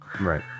Right